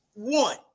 One